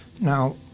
Now